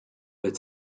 its